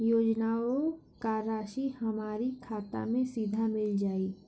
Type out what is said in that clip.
योजनाओं का राशि हमारी खाता मे सीधा मिल जाई?